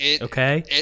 Okay